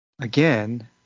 Again